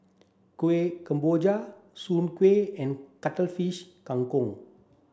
Kueh Kemboja Soon Kway and Cuttlefish Kang Kong